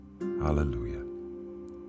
hallelujah